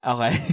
Okay